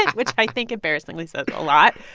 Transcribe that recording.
yeah which i think embarrassingly says a lot.